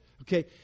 Okay